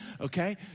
Okay